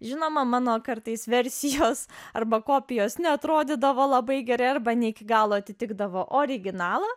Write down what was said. žinoma mano kartais versijos arba kopijos neatrodydavo labai gerai arba ne iki galo atitikdavo originalą